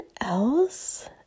else